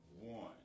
one